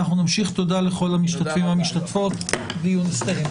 תודה לכל המשתתפים והמשתתפות, הדיון הסתיים.